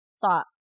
thought